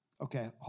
Okay